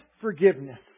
forgiveness